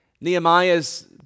Nehemiah's